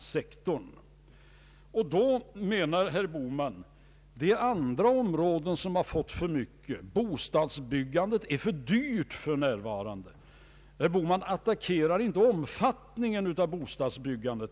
Herr Bohman anser att andra områden har fått för mycket, att exempelvis bostadsbyggandet för närvarande är för dyrt. Han attackerar inte omfattningen av bostadsbyggandet.